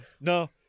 no